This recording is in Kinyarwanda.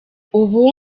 ubu